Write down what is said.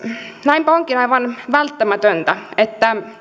näinpä onkin aivan välttämätöntä että